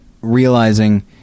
realizing